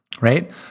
right